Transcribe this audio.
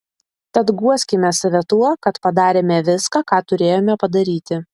tad guoskime save tuo kad padarėme viską ką turėjome padaryti